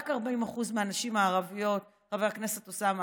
רק 40% מהנשים הערביות עובדות, חבר הכנסת אוסאמה.